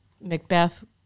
macbeth